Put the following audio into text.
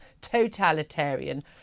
totalitarian